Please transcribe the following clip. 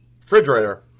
refrigerator